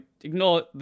ignore